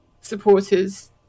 supporters